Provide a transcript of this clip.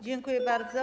Dziękuję bardzo.